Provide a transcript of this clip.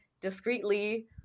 discreetly